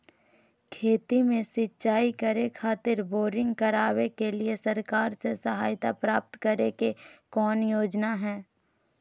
खेत में सिंचाई करे खातिर बोरिंग करावे के लिए सरकार से सहायता प्राप्त करें के कौन योजना हय?